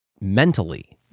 mentally